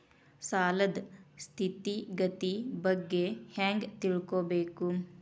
ಸಾಲದ್ ಸ್ಥಿತಿಗತಿ ಬಗ್ಗೆ ಹೆಂಗ್ ತಿಳ್ಕೊಬೇಕು?